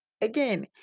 again